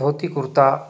dhoti kurta